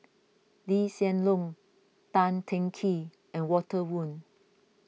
Lee Hsien Loong Tan Teng Kee and Walter Woon